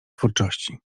twórczości